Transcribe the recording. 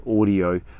Audio